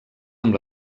amb